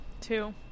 Two